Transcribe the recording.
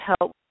help